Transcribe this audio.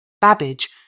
Babbage